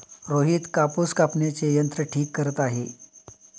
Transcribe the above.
रोहित कापूस कापण्याचे यंत्र ठीक करत आहे